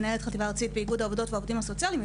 מנהלת חטיבה ארצית באיגוד העובדות והעובדים הסוציאליים.